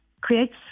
creates